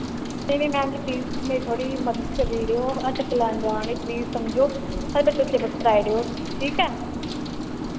नेईं नेईं madam ji please मेरी थोह्ड़ी मदद करिड़ेओ अस चक्कर लान जा ने प्लीज समझो साढ़े बच्चे सिलेबस कराइड़ेओ ठीक ऐ